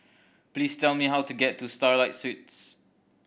please tell me how to get to Starlight Suites